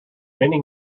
many